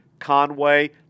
Conway